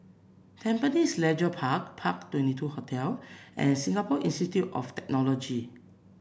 Tampines Leisure Park Park Twenty two Hotel and Singapore Institute of Technology